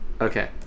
Okay